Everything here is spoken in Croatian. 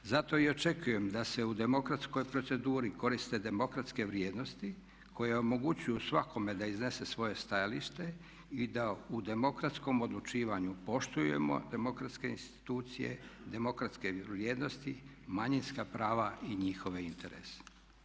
Zato i očekujem da se u demokratskoj proceduri koriste demokratske vrijednosti koje omogućuju svakome da iznese svoje stajalište i da u demokratskom odlučivanju poštujemo demokratske institucije, demokratske vrijednosti, manjinska prava i njihove interese.